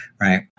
right